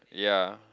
ya